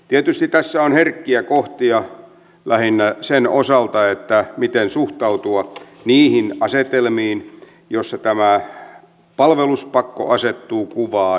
tietysti tässä on herkkiä kohtia lähinnä sen osalta miten suhtautua niihin asetelmiin joissa tämä palveluspakko asettuu kuvaan